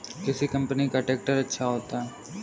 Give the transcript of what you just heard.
किस कंपनी का ट्रैक्टर अच्छा होता है?